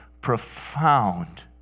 profound